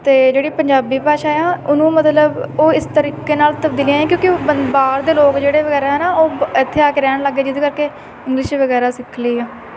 ਅਤੇ ਜਿਹੜੀ ਪੰਜਾਬੀ ਭਾਸ਼ਾ ਆ ਉਹਨੂੰ ਮਤਲਬ ਉਹ ਇਸ ਤਰੀਕੇ ਨਾਲ ਤਬਦੀਲੀਆਂ ਕਿਉਂਕਿ ਬਾਹਰ ਦੇ ਲੋਕ ਜਿਹੜੇ ਵਗੈਰਾ ਨਾ ਉਹ ਇੱਥੇ ਆ ਕੇ ਰਹਿਣ ਲੱਗ ਗਏ ਜਿਹਦੇ ਕਰਕੇ ਇੰਗਲਿਸ਼ ਵਗੈਰਾ ਸਿੱਖ ਲਈ ਆ